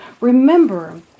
Remember